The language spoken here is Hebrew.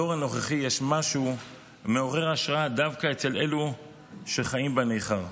בדור הנוכחי יש משהו מעורר השראה דווקא אצל אלו שחיים בניכר.